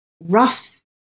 rough